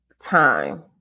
time